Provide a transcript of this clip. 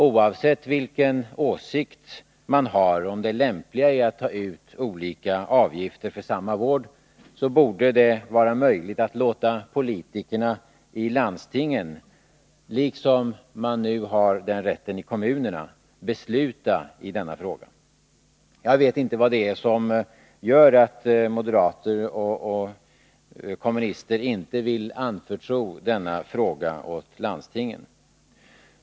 Oavsett vilken åsikt man har om det lämpliga i att ta ut olika avgifter för samma vård, borde det vara möjligt att låta politikerna i landstingen — liksom man nu har den rätten i kommunerna — besluta i denna fråga. Jag vet inte vad det är som gör att moderater och kommunister inte vill anförtro denna fråga åt landstingen.